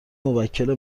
موکل